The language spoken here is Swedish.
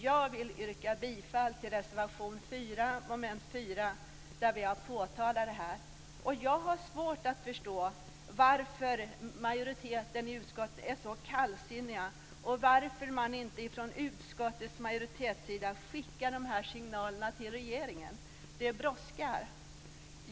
Jag vill yrka bifall till reservation 4 under moment 4, där vi har påtalat det här. Jag har svårt att förstå varför majoriteten i utskottet är så kallsinnig och varför man inte från utskottets majoritet skickar de här signalerna till regeringen. Det brådskar.